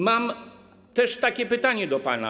Mam też takie pytanie do pana.